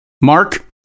Mark